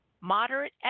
Moderate